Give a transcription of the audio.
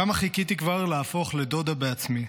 כמה חיכיתי כבר להפוך לדודה בעצמי.